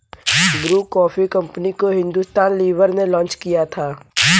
Bru coffee company को Hindustan Lever ने launch किया था